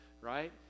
right